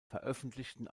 veröffentlichten